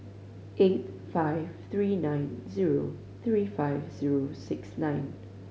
eight five three nine zero three five zero six nine